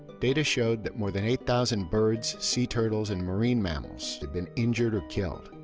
data showed that more than eight thousand birds, sea turtles and marine mammals had been injured or killed.